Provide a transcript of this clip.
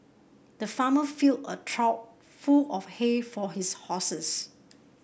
the farmer filled a trough full of hay for his horses